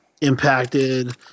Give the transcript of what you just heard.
impacted